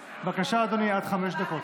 בבקשה, אדוני, עד חמש דקות.